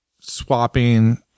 swapping